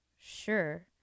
sure